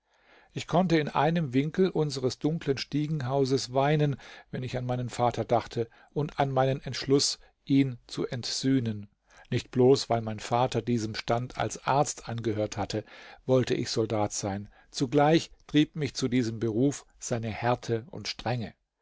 ich konnte in einem winkel unseres dunklen stiegenhauses weinen wenn ich an meinen vater dachte und an meinen entschluß ihn zu entsühnen nicht bloß weil mein vater diesem stand als arzt angehört hatte wollte ich soldat sein zugleich trieb mich zu diesem beruf seine härte und strenge